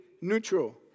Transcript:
neutral